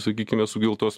sakykime sukeltos